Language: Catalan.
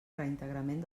reintegrament